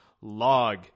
log